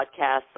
podcasts